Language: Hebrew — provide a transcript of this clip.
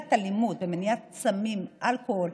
מניעת אלימות, מניעת סמים, אלכוהול.